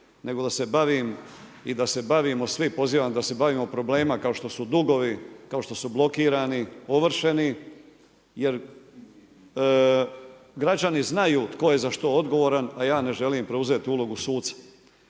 nego da se bavim, i da se bavimo svi problema kao što su dugovi, kao što su blokirani, ovršeni jer građani znaju tko je za što odgovoran a ja ne želim preuzeti ulogu suca.